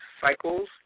Cycles